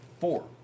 four